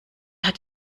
hat